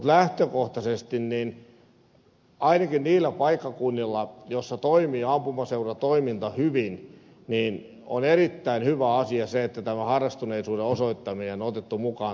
mutta lähtökohtaisesti ainakin niillä paikkakunnilla joissa toimii ampumaseuratoiminta hyvin on erittäin hyvä asia se että tämä harrastuneisuuden osoittaminen on otettu mukaan tähän lainsäädäntöön